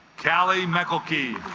cally michael key